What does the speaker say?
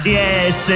yes